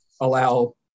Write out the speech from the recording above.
allow